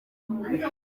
kumubaga